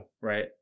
right